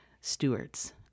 stewards